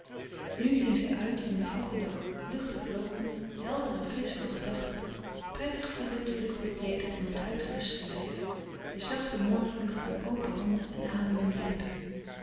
nu ging zij uit in den vroegen dag luchtig loopend helder en frisch van gedachten prettig voelend de luchte kleederen om t uitgeruste lijf de zachte morgen lucht aan open handen en ademende lippen